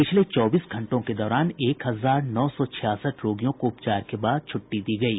पिछले चौबीस घंटे के दौरान एक हजार नौ सौ छियासठ रोगियों को उपचार के बाद छुट्टी दी गयी